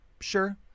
Sure